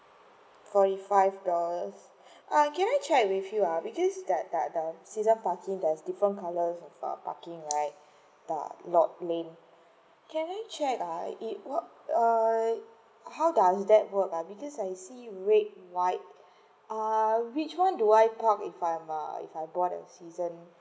forty five dollars err can I check with you uh because that that the season parking does different colours parking right uh lot lane can I check uh I it work err you how does that work uh because I see red white err which one do I park if I'm if I buy bought a season